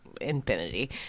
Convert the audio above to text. infinity